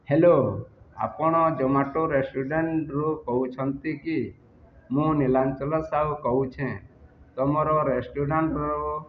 hello ଆପଣ Zomato ରେଷ୍ଟୁରାଣ୍ଟରୁ କହୁଛନ୍ତି କି ମୁଁ ନୀଳାଞ୍ଚଲା ସାହୁ କହୁଛେଁ ତମର ରେଷ୍ଟୁରାଣ୍ଟରୁ